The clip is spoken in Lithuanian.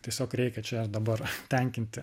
tiesiog reikia čia ir dabar tenkinti